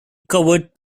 covered